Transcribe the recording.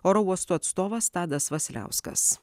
oro uostų atstovas tadas vasiliauskas